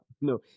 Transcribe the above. No